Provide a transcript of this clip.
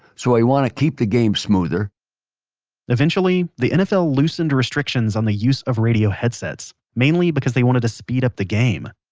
so we wanna keep the game smoother eventually, the nfl loosened restrictions on the use of radio headsets. mainly because they wanted to speed up the game.